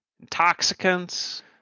intoxicants